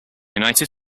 united